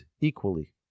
equally